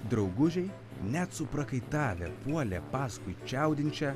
draugužiai net suprakaitavę puolė paskui čiaudinčią